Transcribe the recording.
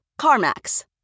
CarMax